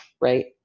Right